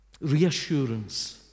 reassurance